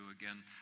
again